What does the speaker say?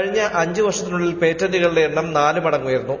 കഴിഞ്ഞ അഞ്ച് വർഷത്തിനുള്ളിൽ പേറ്റന്റുകളുടെ എണ്ണം നാല് മടങ്ങ് ഉയർന്നു